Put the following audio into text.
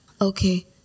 Okay